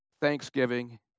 thanksgiving